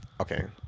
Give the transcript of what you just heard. Okay